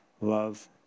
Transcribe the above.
Love